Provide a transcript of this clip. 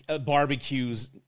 barbecues